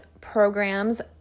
programs